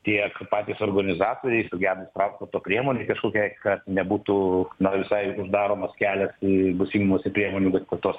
tiek patys organizatoriai sugedus transporto priemonei kažkokiai kad nebūtų na visai uždaromas kelias į bus imamasi priemonių kad tos